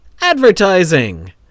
Advertising